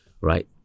right